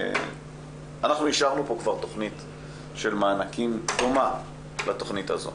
אנחנו אישרנו פה כבר תוכנית של מענקים דומה לתוכנית הזו